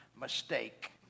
mistake